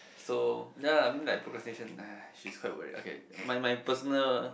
so ya I mean like procrastination !ah! she's quite worry okay my my personal